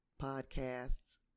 podcasts